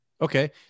Okay